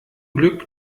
glück